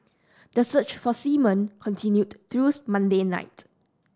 the search for seamen continued through Monday night